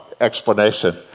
explanation